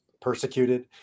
persecuted